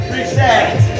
Reset